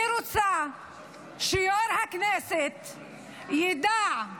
אני רוצה שיו"ר הכנסת ידע,